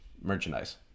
merchandise